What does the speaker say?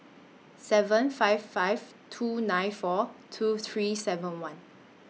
seven five five two nine four two three seven one